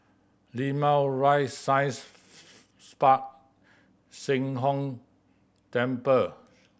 Limau Rise Science Park Sheng Hong Temple